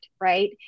Right